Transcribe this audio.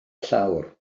llawr